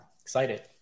Excited